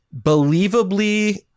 believably